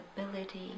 ability